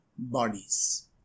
bodies